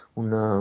una